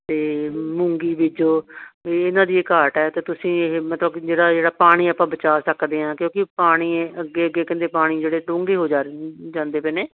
ਅਤੇ ਮੂੰਗੀ ਬੀਜੋ ਵੀ ਇਹਨਾਂ ਦੀ ਇਹ ਘਾਟ ਹੈ ਅਤੇ ਤੁਸੀਂ ਇਹ ਮਤਲਬ ਕਿ ਨਿਰਾ ਜਿਹੜਾ ਪਾਣੀ ਆਪਾਂ ਬਚਾ ਸਕਦੇ ਹਾਂ ਕਿਉਂਕਿ ਪਾਣੀ ਇਹ ਅੱਗੇ ਅੱਗੇ ਕਹਿੰਦੇ ਪਾਣੀ ਜਿਹੜੇ ਡੂੰਘੀ ਹੋ ਜਾਰੇ ਜਾਂਦੇ ਪਏ ਨੇ